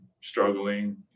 struggling